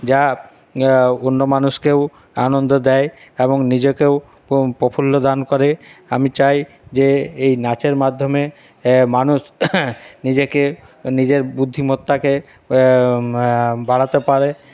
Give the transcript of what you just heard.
যা অন্য মানুষকেও আনন্দ দেয় এবং নিজেকেও প্রফুল্ল দান করে আমি চাই যে এই নাচের মাধ্যমে মানুষ নিজেকে নিজের বুদ্ধিমত্তাকে বাড়াতে পারে